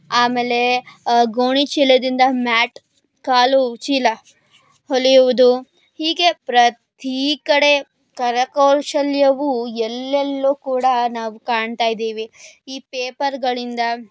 ಆಮೇಲೆ ಗೋಣಿ ಚೀಲದಿಂದ ಮ್ಯಾಟ್ ಕಾಲು ಚೀಲ ಹೊಲಿಯುವುದು ಹೀಗೆ ಪ್ರತಿ ಕಡೆ ಕರಕೌಶಲವು ಎಲ್ಲೆಲ್ಲು ಕೂಡ ನಾವು ಕಾಣ್ತಾ ಇದ್ದೀವಿ ಈ ಪೇಪರ್ಗಳಿಂದ